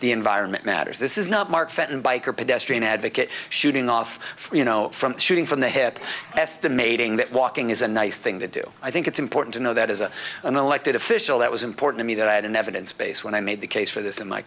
the environment matters this is not mark fenton biker pedestrian advocate shooting off from you know from shooting from the hip estimating that walking is a nice thing to do i think it's important to know that as an elected official that was important to me that i had an evidence base when i made the case for this in my